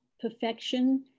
perfection